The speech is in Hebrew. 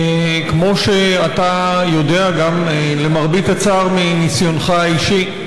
כמו שגם אתה יודע, למרבה הצער, מניסיונך האישי,